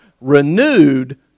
renewed